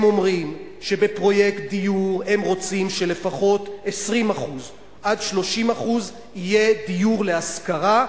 הם אומרים שבפרויקט דיור הם רוצים שלפחות 20% 30% יהיו דיור להשכרה,